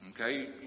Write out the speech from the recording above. Okay